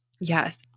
Yes